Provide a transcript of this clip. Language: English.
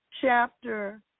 chapter